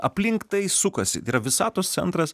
aplink tai sukasi tai yra visatos centras